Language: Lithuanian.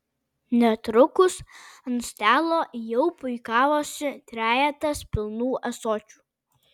netrukus ant stalo jau puikavosi trejetas pilnų ąsočių